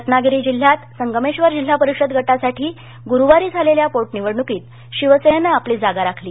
रत्नागिरी जिल्ह्यात संगमेश्वर जिल्हा परिषद गटासाठी गुरुवारी झालेल्या पोटनिवडणुकीत शिवसेनेनं आपली जागा राखली